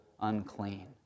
unclean